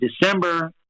December